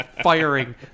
firing